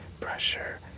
pressure